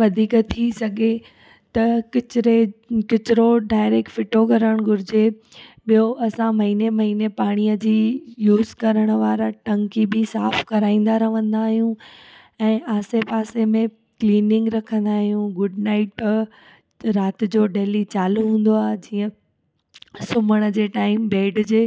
वधीक थी सघे त किचरे किचिरो डायरेक्ट फ़िटो करण घुरिजे ॿियों असां महीने महीने पाणीअ जी यूस करण वारा टंकी बि साक़ु कराईंदा रहंदा आहियूं ऐं आसे पासे में क्लीनिंग रखंदा आहियूं गुड नाइट राति जो डेली चालू हूंदो आहे जीअं सूम्हण जे टाइम बेड जे